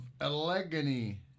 Allegheny